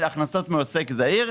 של הכנסות מעוסק זעיר.